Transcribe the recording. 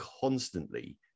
constantly